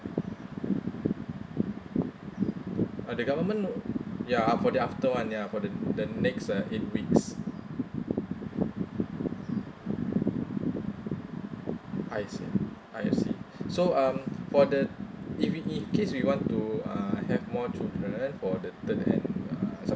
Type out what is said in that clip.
uh the government ya for the after one ya for the the next uh eight weeks I see I see so um for the if we in case we want to uh have more children for the third and uh